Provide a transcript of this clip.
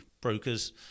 brokers